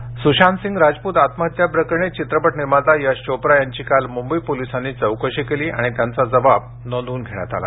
चौकशी सुशांतसिंग राजपूत आत्महत्या प्रकरणी चित्रपट निर्माता यश चोप्रा यांची काल मुंबई पोलिसांनी चौकशी केली आणि त्यांचा जबाब नोंदवून घेण्यात आला